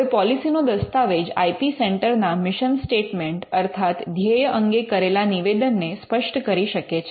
હવે પૉલીસી નો દસ્તાવેજ આઇ પી સેન્ટર ના મિશન સ્ટેટ્મેન્ટ અર્થાત ધ્યેય અંગે કરેલા નિવેદન ને સ્પષ્ટ કરી શકે છે